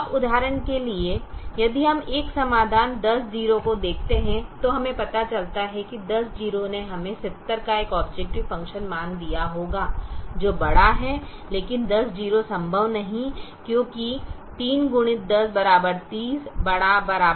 अब उदाहरण के लिए यदि हम एक समाधान 100 को देखते हैं तो अब हमें पता चलता है कि 100 ने हमें 70 का एक ऑबजेकटिव फ़ंक्शन मान दिया होगा जो बड़ा है लेकिन 100 संभव नहीं है क्योंकि 3x10 30 ≥ 21